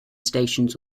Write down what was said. stations